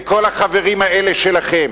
וכל החברים האלה שלכם,